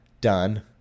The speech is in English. done